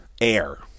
air